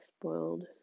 spoiled